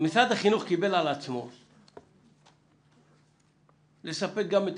משרד החינוך קיבל על עצמו לספק גם את